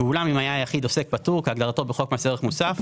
ואולם אם היה היחיד עוסק פטור כהגדרתו בחוק מס ערך מוסף,